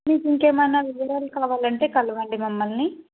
మీకు ఇంకేమ్మన్నా వివరాలు కావాలంటే కలవండి మమ్మల్ని